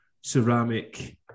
ceramic